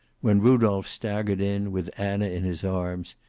when rudolph staggered in, with anna in his arms,